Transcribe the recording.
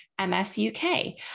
MSUK